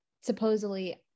supposedly